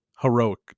heroic